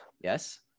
yes